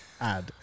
Add